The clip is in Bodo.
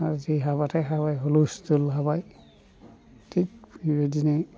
आरो जै हाबाथाय हाबाय हुलुस थुलुस हाबाय थिग बेबायदिनो